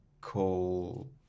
call